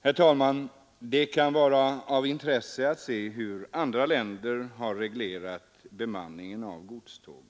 Herr talman! Det kan vara av intresse att se hur andra länder har reglerat bemanningen av godståg.